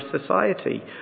society